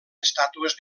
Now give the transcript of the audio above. estàtues